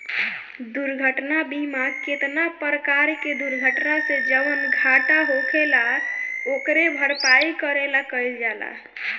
दुर्घटना बीमा केतना परकार के दुर्घटना से जवन घाटा होखेल ओकरे भरपाई करे ला कइल जाला